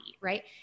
right